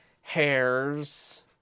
hairs